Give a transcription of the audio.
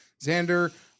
Xander